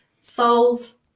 soul's